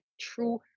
true